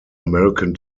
american